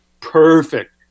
perfect